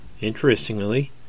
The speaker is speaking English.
Interestingly